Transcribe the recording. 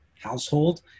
household